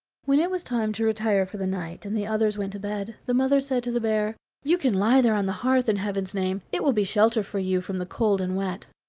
when it was time to retire for the night, and the others went to bed, the mother said to the bear you can lie there on the hearth, in heaven's name it will be shelter for you from the cold and wet.